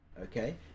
Okay